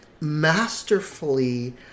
masterfully